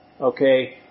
Okay